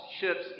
ships